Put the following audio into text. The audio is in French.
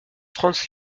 franz